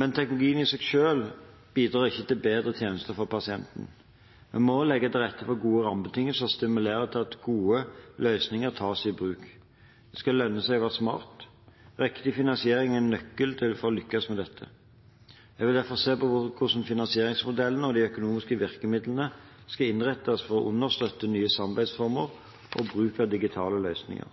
Men teknologien i seg selv bidrar ikke til bedre tjenester for pasienten. Vi må legge til rette for gode rammebetingelser og stimulere til at gode løsninger tas i bruk. Det skal lønne seg å være smart. Riktig finansiering er en nøkkel for å lykkes med dette. Jeg vil derfor se på hvordan finansieringsmodellen og de økonomiske virkemidlene skal innrettes for å understøtte nye samarbeidsformer og bruk av digitale løsninger.